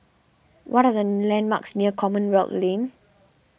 what are the landmarks near Commonwealth Lane